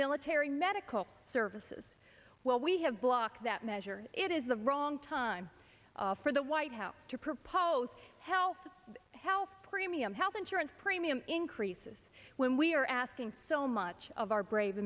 military medical services well we have blocked that measure it is the wrong time for the white house to propose health health premium health insurance premium increases when we are asking so much of our brave